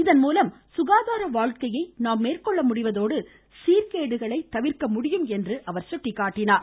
இதன் மூலம் சுகாதார வாழ்க்கையை நாம் மேற்கொள்ள முடிவதோடு சீர்கேடுகளையும் தவிர்க்க முடியும் என்றார்